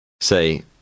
Say